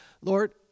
Lord